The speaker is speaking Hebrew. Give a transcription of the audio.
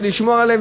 ויש לשמור עליהם,